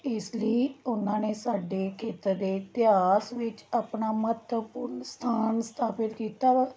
ਇਸ ਲਈ ਉਹਨਾਂ ਨੇ ਸਾਡੇ ਖੇਤਰ ਦੇ ਇਤਿਹਾਸ ਵਿੱਚ ਆਪਣਾ ਮਹੱਤਵਪੂਰਨ ਸਥਾਨ ਸਥਾਪਿਤ ਕੀਤਾ ਵਾ